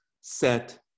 set